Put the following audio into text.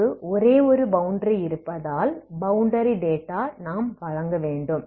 நமக்கு ஒரே ஒரு பௌண்டரி இருப்பதால் பௌண்டரி டேட்டா நாம் வழங்க வேண்டும்